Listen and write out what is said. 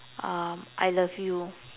um I love you